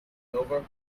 over